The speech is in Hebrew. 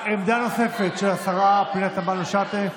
עמדה נוספת, של השרה פנינה תמנו שטה.